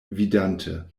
vidante